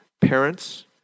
parents